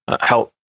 help